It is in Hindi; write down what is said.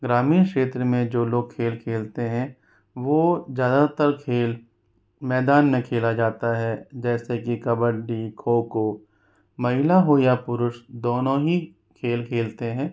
ग्रामीण क्षेत्र में जो लोग खेल खेलते हैं वह ज़्यादातर खेल मैदान में खेला जाता है जैसे कि कबड्डी खो खो महिला हो या पुरुष दोनों ही खेल खेलते हैं